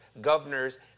governors